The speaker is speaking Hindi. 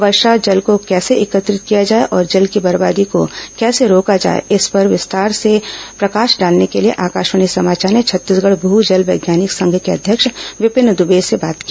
वर्षा जल को कैसे एकत्रित किया जाए और जल की बर्बादी को कैसे रोका जाए इस पर विस्तार से प्रकाश डालने के लिए आकाशवाणी समाचार ने छत्तीसगढ़ भू जल वैज्ञानिक संघ के अध्यक्ष विपिन दूबे से बात की